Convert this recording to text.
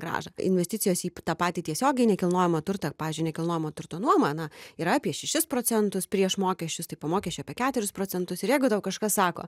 grąžą investicijos į tą patį tiesiogiai nekilnojamą turtą pavyzdžiui nekilnojamo turto nuomą na yra apie šešis procentus prieš mokesčius tai po mokesčių apie keturis procentus ir jeigu tau kažkas sako